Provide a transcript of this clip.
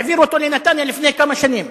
העבירו אותו לנתניה לפני כמה שנים.